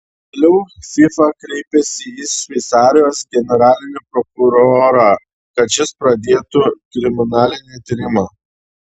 vėliau fifa kreipėsi į šveicarijos generalinį prokurorą kad šis pradėtų kriminalinį tyrimą